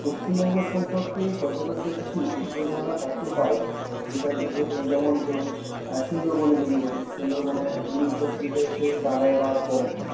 পশ্চিমবঙ্গ সম্পর্কে পর্যটকদের কিছু ভুল ধারণা থাকতেও পারে যেটা ধরবে যেমন ধরুন সুন্দরবনে যদি বলি সুন্দরবনে এমনি প্রচলিত হচ্ছে ডাঙায় বাঘ জলে কুমির